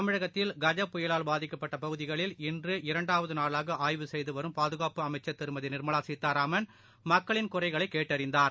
தமிழகத்தில் கஜ புயலால் பாதிக்கப்பட்டபகுதிகளில் இன்று இரண்டாவதுநாளாகஆய்வு செய்கவரும் பாதுகாப்பு அமைச்சர் திருமதிநிர்மலாசீதாராமன் மக்களின் குறைகளைக் கேட்டறிந்தார்